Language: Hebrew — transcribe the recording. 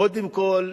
קודם כול,